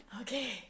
Okay